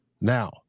Now